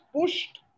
pushed